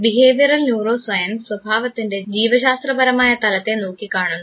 behavioural neuroscience സ്വഭാവത്തിൻറെ ജീവശാസ്ത്രപരമായ തലത്തെ നോക്കിക്കാണുന്നു